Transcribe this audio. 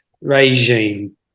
regime